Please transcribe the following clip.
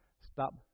stop